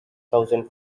thousand